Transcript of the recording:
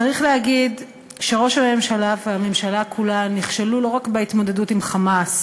צריך להגיד שראש הממשלה והממשלה כולה נכשלו לא רק בהתמודדות עם "חמאס",